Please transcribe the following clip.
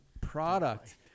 product